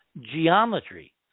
geometry